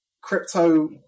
crypto